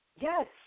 Yes